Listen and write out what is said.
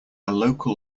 local